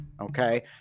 Okay